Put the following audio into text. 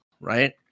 right